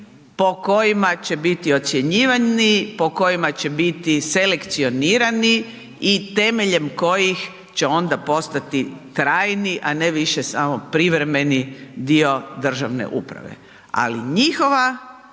po kojima će biti ocjenjivani, po kojima će biti selekcionirani i temeljem kojih će onda postati trajni, a ne više samo privremeni dio državne uprave. Ali njihovo